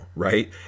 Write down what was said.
Right